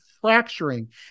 fracturing